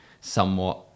somewhat